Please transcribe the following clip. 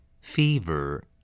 fever